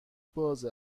باز